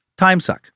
timesuck